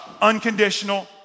unconditional